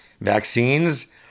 vaccines